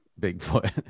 Bigfoot